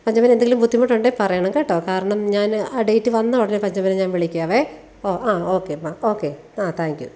പഞ്ചമന് എന്തേലും ബുദ്ധിമുട്ടുണ്ടേൽ പറയണം കേട്ടോ കാരണം ഞാൻ അ ഡേറ്റ് വന്ന ഉടനെ പഞ്ചമനെ ഞാൻ വിളിക്കാവേ ഓ അ ഓക്കേ ഓക്കേ അ താങ്ക് യൂ